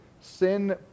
sin